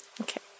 Okay